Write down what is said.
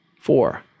Four